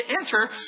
enter